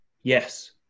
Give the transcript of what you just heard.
Yes